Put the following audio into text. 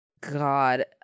god